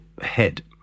head